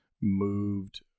moved